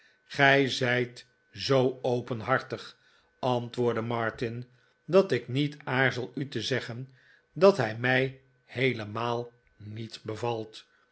zijt zoo openhartig antwoordde martin dat ik niet aarzel u te zeggen dat hij mij beelemaal niet bevalt